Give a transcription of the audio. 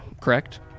correct